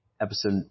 episode